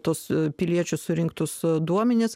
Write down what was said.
tos piliečių surinktus a duomenis